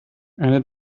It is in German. eine